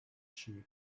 sheep